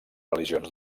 religions